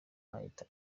ahita